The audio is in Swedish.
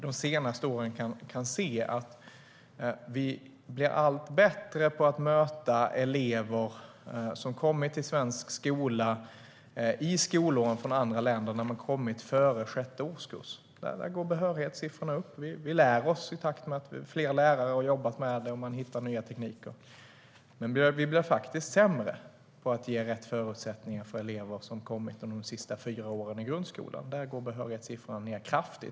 De senaste åren kan man se att vi blir allt bättre på att möta elever som kommer till svensk skola från andra länder före årskurs 6. Där går behörighetssiffrorna upp. Vi lär oss i takt med att fler lärare jobbar med det och man hittar nya tekniker. Men vi blir sämre på att ge rätt förutsättningar för elever som kommer under de sista fyra åren i grundskolan. Där går behörighetssiffrorna ned kraftigt.